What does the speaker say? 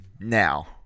now